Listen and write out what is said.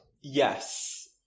Yes